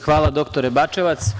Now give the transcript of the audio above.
Hvala, dr Bačevac.